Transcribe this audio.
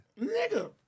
Nigga